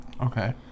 Okay